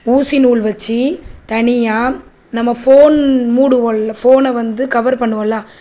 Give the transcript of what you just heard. ஊசி நூல் வச்சி தனியாக நம்ம ஃபோன் மூடுவோம்ல ஃபோனை வந்து கவர் பண்ணுவோம்ல